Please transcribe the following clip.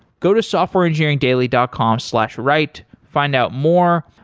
go to softwareengineeringdaily dot com slash write. find out more.